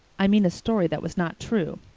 i mean a story that was not true.